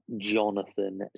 Jonathan